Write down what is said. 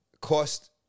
cost